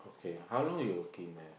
okay how long you working there